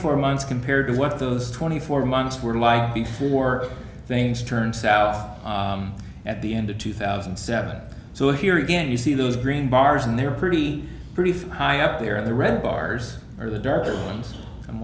four months compared to what those twenty four months were like before things turned south at the end of two thousand and seven so here again you see those green bars and they're pretty pretty high up there in the red bars or the dark and i'm